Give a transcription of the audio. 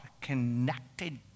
connected